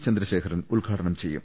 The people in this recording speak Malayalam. ചന്ദ്രശേഖരൻ ഉദ്ഘാടനം ചെയ്യും